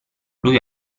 lui